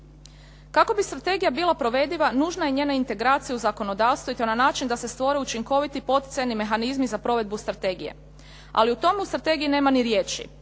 Kako bi strategija bila provediva nužna je njena integracija u zakonodavstvo i to na način da se stvore učinkoviti poticajni mehanizmi za provedbu strategije. Ali o tomu u strategiji nema ni riječi.